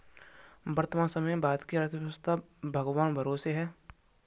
वर्तमान समय में भारत की अर्थव्यस्था भगवान भरोसे है